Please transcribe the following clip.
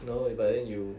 no eh but then you